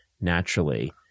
naturally